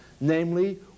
Namely